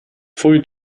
pfui